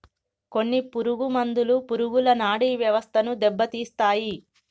కొన్ని పురుగు మందులు పురుగుల నాడీ వ్యవస్థను దెబ్బతీస్తాయి